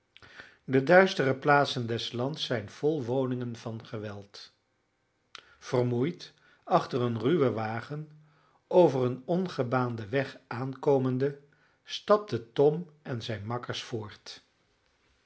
de duistere plaatsen des lands zijn vol woningen van geweld vermoeid achter een ruwen wagen over een ongebaanden weg aankomende stapten tom en zijne makkers voort